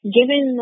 Given